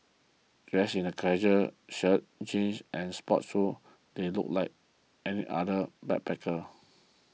dressed in casual shirts jeans and sports shoes they looked like any other backpacker